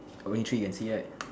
only three can see right